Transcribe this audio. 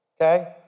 okay